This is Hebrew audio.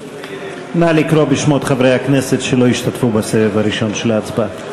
הכנסת שלא השתתפו בסבב הראשון של ההצבעה.